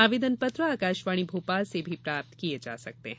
आवेदन पत्र आकाशवाणी भोपाल से भी प्राप्त किये जा सकते हैं